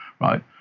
right